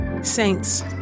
Saints